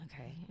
Okay